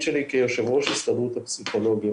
שלי כיושב ראש הסתדרות הפסיכולוגים.